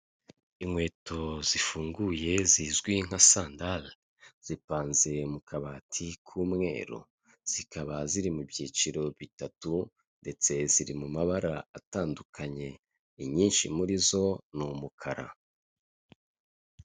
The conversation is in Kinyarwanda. Inkweto zifunguye zizwi nka sandali, zipanze mu kabati k'umweru zikaba ziri mu byiciro bitatu ndetse ziri mu mabara atandukanye. Inyinshi muri zo ni umukara.